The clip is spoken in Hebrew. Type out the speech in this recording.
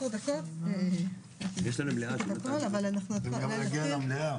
אנחנו צריכים להגיע למליאה.